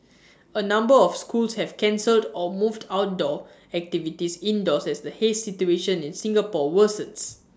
A number of schools have cancelled or moved outdoor activities indoors as the haze situation in Singapore worsens